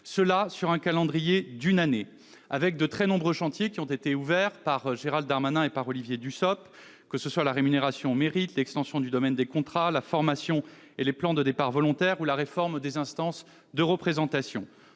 selon un calendrier d'une année. De très nombreux chantiers ont été ouverts par Gérald Darmanin et Olivier Dussopt : rémunération au mérite, extension du domaine des contrats, formation et plans de départ volontaire, réforme des instances de représentation.